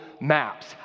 Maps